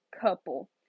couple